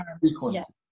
frequency